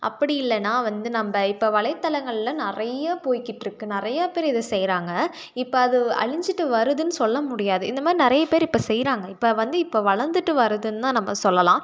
அப்படி இல்லைனா வந்து நம்ம இப்போ வலைத்தளங்கள்ல நிறைய போய்க்கிட்டிருக்கு நிறையா பேர் இதை செய்யிறாங்க இப்போ அது அழிஞ்சிட்டு வருதுன்னு சொல்லமுடியாது இந்தமாதிரி நிறைய பேர் இப்போ செய்கிறாங்க இப்போ வந்து இப்போ வளர்ந்துட்டு வருதுன்னுதான் நம்ம சொல்லலாம்